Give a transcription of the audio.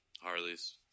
Harleys